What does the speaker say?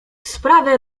sprawę